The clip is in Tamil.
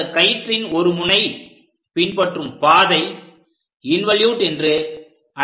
அந்தக் கயிற்றின் ஒருமுனை பின்பற்றும் பாதை இன்வோலுட் என்று அழைக்கப்படுகிறது